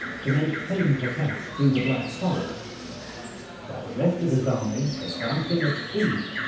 to make feint attacks through the black forest while the rest of his army, advancing at speed,